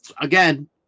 Again